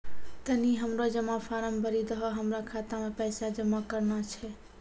तनी हमरो जमा फारम भरी दहो, हमरा खाता मे पैसा जमा करना छै